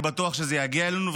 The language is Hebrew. אני בטוח שזה יגיע אלינו,